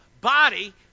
body